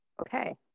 Okay